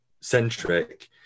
centric